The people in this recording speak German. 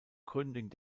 gründung